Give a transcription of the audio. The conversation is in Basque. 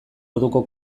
orduko